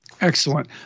Excellent